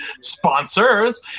sponsors